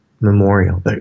Memorial